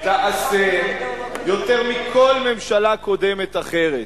ותעשה יותר מכל ממשלה קודמת אחרת,